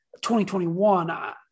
2021